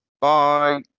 Bye